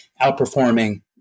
outperforming